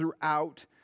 throughout